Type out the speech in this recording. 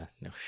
no